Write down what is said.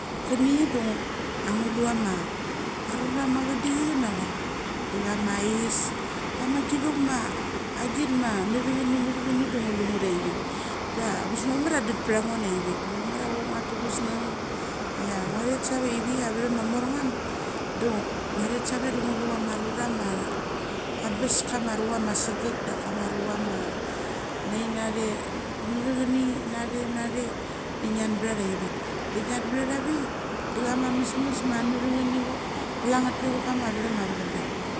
Keni da nglu chama arura ma ehedechen tha da cha ma iss da ma githong ma agit ma nge the cheni nge the cheni de ngu lu ngat iavik da abes mama chia det patha ngo na ivek mamar chia chock ngua tu guaseng chia nga chet save aivek chia avetchem ma morngam de ngu chat save de ngu lu kama rura ma abes kamarura ma segek dak kama rua ma nainache nge thechani nache, nache de ngain beththa aivek, de ngiam bethatha ve de kama mesmes ma ngethe chani kule ngat pe ve kama avethem avacheni bik.